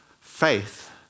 Faith